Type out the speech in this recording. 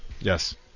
Yes